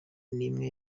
n’imwe